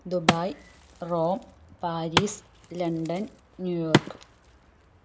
Dubai Rome Paris London New York